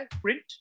Print